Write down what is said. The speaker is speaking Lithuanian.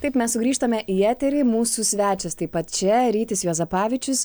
taip mes sugrįžtame į eterį mūsų svečias taip pat čia rytis juozapavičius